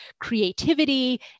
creativity